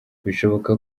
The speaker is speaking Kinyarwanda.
bishoboka